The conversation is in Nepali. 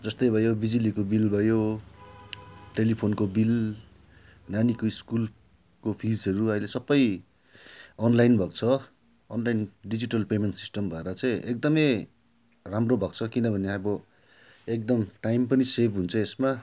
जस्तै भयो बिजुलीको बिल भयो टेलिफोनको बिल नानीको स्कुलको फिसहरू अहिले सबै अनलाइन भएको छ अनलाइन डिजिटल पेमेन्ट सिस्टम भएर चाहिँ एकदमै राम्रो भएको छ किनभने अब एकदम टाइम पनि सेभ हुन्छ यसमा